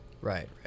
Right